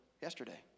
yesterday